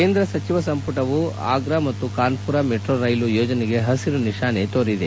ಕೇಂದ್ರ ಸಚಿವ ಸಂಪುಟವು ಆಗ್ರಾ ಮತ್ತು ಕಾನ್ವುರ ಮೆಟ್ರೋ ರೈಲು ಯೋಜನೆಗೆ ಹಸಿರು ನಿಶಾನೆ ತೋರಿದೆ